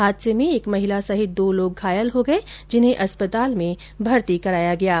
हादसे में एक महिला सहित दो लोग घायल हो गए जिन्हें अस्पताल में भर्ती कराया गया है